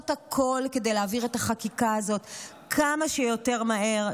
הכול כדי להעביר את החקיקה הזאת כמה שיותר מהר,